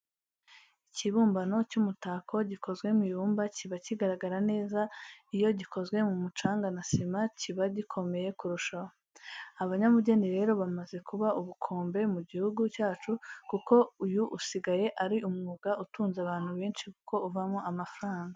Ikibumbano cy'umutako gikozwe mu ibumba kiba kigaragara neza ndetse iyo gikozwe mu mucanga na sima kiba gikomeye kurushaho. Abanyabugeni rero bamaze kuba ubukombe mu gihugu cyacu kuko uyu usigaye ari umwuga utunze abantu benshi kuko uvamo amafaranga.